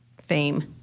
fame